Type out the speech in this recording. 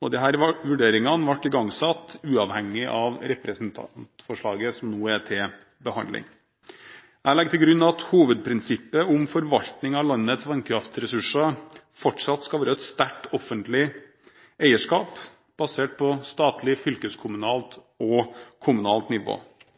Disse vurderingene ble igangsatt uavhengig av representantforslaget som nå er til behandling. Jeg legger til grunn at hovedprinsippet for forvaltning av landets vannkraftressurser fortsatt skal være et sterkt offentlig eierskap på statlig, fylkeskommunalt